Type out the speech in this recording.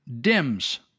Dims